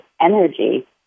energy